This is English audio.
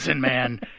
man